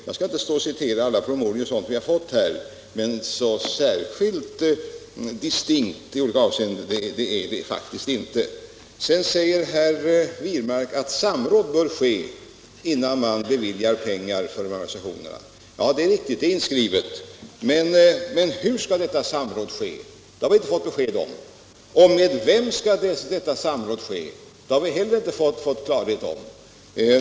Jag skall inte citera alla promemorior vi har fått, men så särskilt distinkta i olika avseenden är de faktiskt inte. Sedan säger herr Wirmark att samråd bör ske innan man beviljar pengar till organisationerna. Ja, det är inskrivet i betänkandet. Men hur skall detta samråd ske? Det har vi inte fått besked om. Med vem skall detta samråd ske? Det har vi ännu inte heller fått klarhet i.